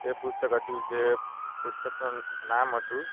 એ પુસ્તક હતું જે પુસ્તક નામ હતું